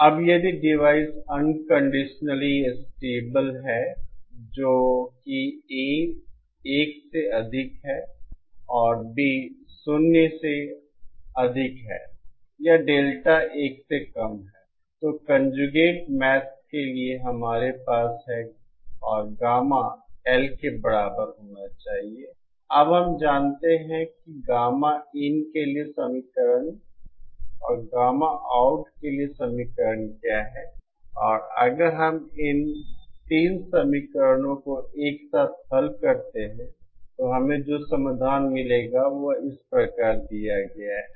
अब यदि device unconditionally stable है जो कि A 1 से अधिक है और B 0 से अधिक है या डेल्टा 1 से कम है तो कंजुगेट मैथ्स के लिए हमारे पास है और गामा L के बराबर होना चाहिए अब हम जानते हैं कि गामा इन के लिए समीकरण और गामा आउट के लिए समीकरण क्या है और अगर हम इन 3 समीकरणों को एक साथ हल करते हैं तो हमें जो समाधान मिलेगा वह इस प्रकार दिया गया है